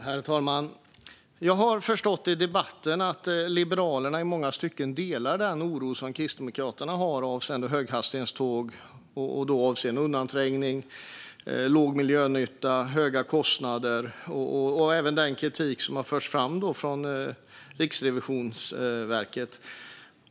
Herr talman! Jag har förstått av debatten att Liberalerna i många stycken delar den oro som Kristdemokraterna har över höghastighetståg avseende undanträngning, låg miljönytta, höga kostnader och även den kritik som förts fram av Riksrevisionen.